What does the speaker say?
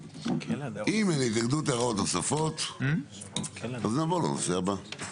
אם אין התנגדות והערות נוספות אז נעבור לנושא הבא,